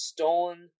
Stolen